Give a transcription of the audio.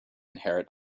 inherit